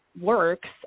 works